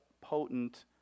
potent